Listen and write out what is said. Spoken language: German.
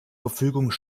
verfügung